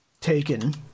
taken